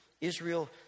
Israel